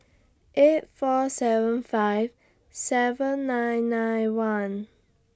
eight four seven five seven nine nine one